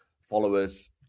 followers